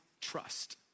trust